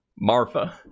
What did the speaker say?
Marfa